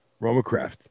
Romacraft